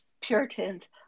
puritans